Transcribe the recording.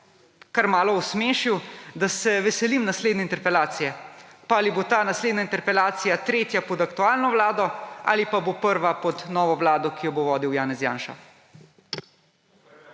kar malo osmešil, da se veselim naslednje interpelacije. Pa ali bo ta naslednja interpelacija tretja pod aktualno vlado ali pa bo prva pod novo vlado, ki jo bo vodil Janez Janša.